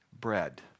bread